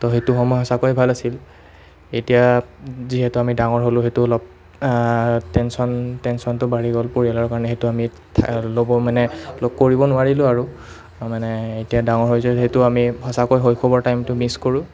তো সেইটো সময় সঁচাকৈ ভাল আছিল এতিয়া যিহেতু আমি ডাঙৰ হ'লো সেইটো অলপ টেনচন টেনচনটো বাঢ়ি গ'ল পৰিয়ালৰ কাৰণে সেইটো আমি থা ল'ব মানে কৰিব নোৱাৰিলোঁ আৰু মানে এতিয়া ডাঙৰ হৈছোঁ যিহেতু আমি সঁচাকৈ শৈশৱৰ টাইমটো মিছ কৰোঁ